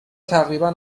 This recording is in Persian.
تقریبا